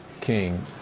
King